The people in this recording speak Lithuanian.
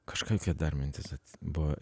kažkokia dar mintis buvo